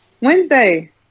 Wednesday